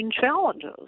challenges